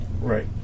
Right